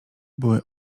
były